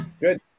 Good